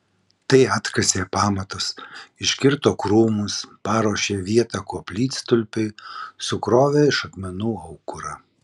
tai atkasė pamatus iškirto krūmus paruošė vietą koplytstulpiui sukrovė iš akmenų aukurą